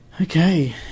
Okay